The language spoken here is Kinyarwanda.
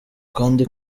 kandi